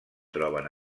troben